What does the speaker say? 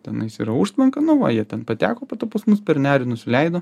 tenais yra užtvanka nu va jie ten pateko po to pas mus per nerį nusileido